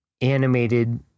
animated